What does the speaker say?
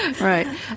right